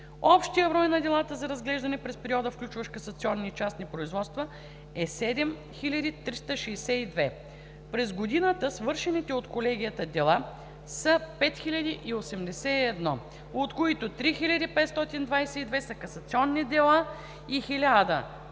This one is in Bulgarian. Общият брой на делата за разглеждане през периода, включващ касационни и частни производства, е 7362. През годината свършените от колегията дела са 5081, от които 3522 са касационни дела и 1559